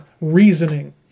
reasoning